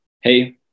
hey